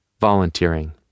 Volunteering